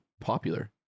popular